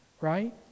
right